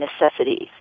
necessities